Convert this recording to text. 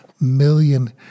million